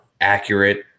accurate